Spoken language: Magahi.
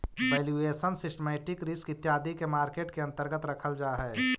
वैल्यूएशन, सिस्टमैटिक रिस्क इत्यादि के मार्केट के अंतर्गत रखल जा हई